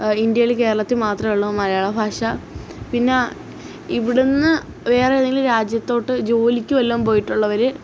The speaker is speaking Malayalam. ഇന്ത്യയിൽ കേരളത്തിൽ മാത്രമേയുള്ളൂ മലയാളം ഭാഷ പിന്നെ ഇവിടുന്നു വേറെ ഏതേങ്കിലും രാജ്യത്തോട്ട് ജോലിക്ക് വല്ലതും പോയിട്ടുള്ളവർ